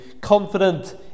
Confident